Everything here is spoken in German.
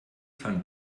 van